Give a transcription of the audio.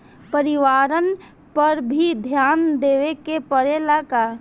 परिवारन पर भी ध्यान देवे के परेला का?